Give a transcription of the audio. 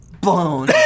blown